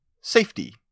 Safety